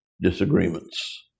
disagreements